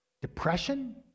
Depression